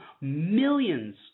millions